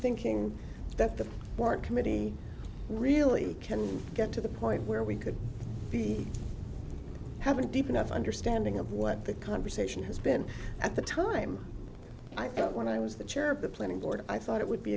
thinking that the mark committee really can get to the point where we could have a deep enough understanding of what the conversation has been at the time i thought when i was the chair of the planning board i thought it would be